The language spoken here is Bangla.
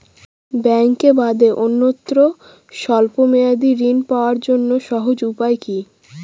ব্যাঙ্কে বাদে অন্যত্র স্বল্প মেয়াদি ঋণ পাওয়ার জন্য সহজ উপায় কি?